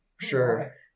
Sure